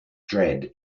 dredd